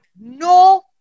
No